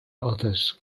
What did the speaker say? others